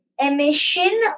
emission